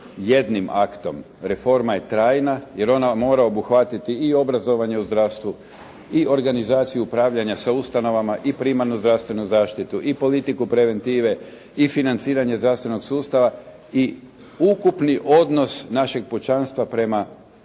jednim aktom. Reforma je trajna jer ona mora obuhvatiti i obrazovanje u zdravstvu i organizaciju upravljanja sa ustanovama i primarnu zdravstvenu zaštitu i politiku preventive i financiranje zdravstvenog sustava i ukupni odnos našeg pučanstva prema